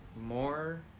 more